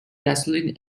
gasoline